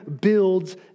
builds